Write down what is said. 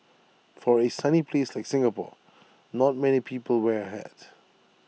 for A sunny place like Singapore not many people wear A hat